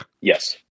Yes